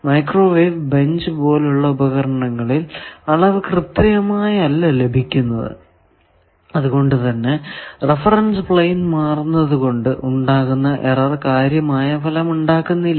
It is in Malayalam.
മൈക്രോവേവ് ബെഞ്ച് പോലുള്ള ഉപകരണങ്ങളിൽ അളവ് കൃത്യമായല്ല ലഭിക്കുന്നത് അത്കൊണ്ട് തന്നെ റഫറൻസ് പ്ലെയിൻ മാറുന്നത് കൊണ്ട് ഉണ്ടാകുന്ന എറർ കാര്യമായ ഫലം ഉണ്ടാക്കുന്നില്ല